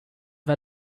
var